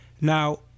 Now